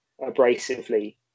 abrasively